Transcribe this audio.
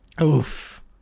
Oof